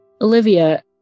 Olivia